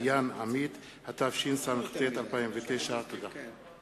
(דיין עמית), התשס"ט 2009. תודה.